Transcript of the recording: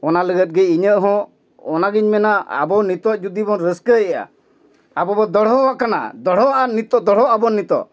ᱚᱱᱟ ᱞᱟᱹᱜᱤᱫ ᱜᱮ ᱤᱧᱟᱹᱜ ᱦᱚᱸ ᱚᱱᱟᱜᱮᱧ ᱢᱮᱱᱟ ᱟᱵᱚ ᱱᱤᱛᱳᱜ ᱡᱩᱫᱤ ᱵᱚᱱ ᱨᱟᱹᱥᱠᱟᱹᱭᱮᱫᱼᱟ ᱟᱵᱚ ᱵᱚᱱ ᱫᱚᱲᱦᱚ ᱟᱠᱟᱱᱟ ᱫᱚᱲᱦᱚᱜᱼᱟ ᱱᱤᱛᱳᱜ ᱫᱚᱲᱦᱚ ᱟᱵᱚᱱ ᱱᱤᱛᱚᱜ